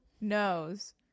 knows